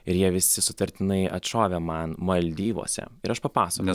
ir jie visi sutartinai atšovė man maldyvuose ir aš papasakojau